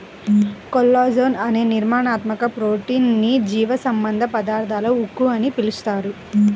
collagen అనే నిర్మాణాత్మక protein ని జీవసంబంధ పదార్థాల ఉక్కు అని పిలుస్తారు